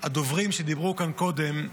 הדוברים שדיברו כאן קודם,